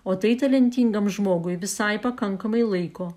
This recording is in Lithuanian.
o tai talentingam žmogui visai pakankamai laiko